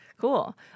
Cool